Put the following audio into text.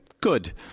Good